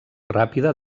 ràpida